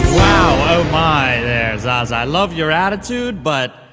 wow. oh my there zaza. love your attitude! but.